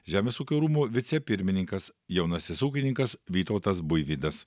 žemės ūkio rūmų vicepirmininkas jaunasis ūkininkas vytautas buivydas